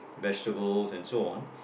vegetables and so on